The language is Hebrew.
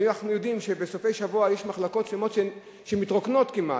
אנחנו יודעים שבסופי-שבוע יש מחלקות שלמות שמתרוקנות כמעט,